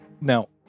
Now